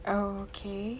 okay